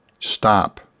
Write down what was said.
Stop